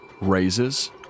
raises